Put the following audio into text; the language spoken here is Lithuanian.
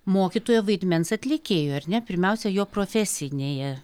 mokytojo vaidmens atlikėjui ar ne pirmiausia jo profesinėje